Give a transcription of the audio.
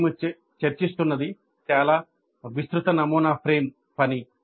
మేము చర్చిస్తున్నది చాలా విస్తృత నమూనా ఫ్రేమ్ పని